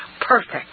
perfect